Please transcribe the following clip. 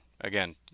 Again